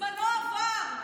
זמנו עבר.